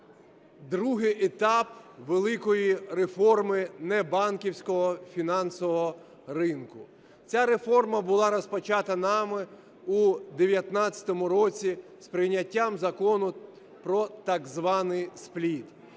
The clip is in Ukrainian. другий етап великої реформи небанківського фінансового ринку. Ця реформа була розпочата нами в 19-му році з прийняттям Закону про так званий "спліт".